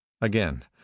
again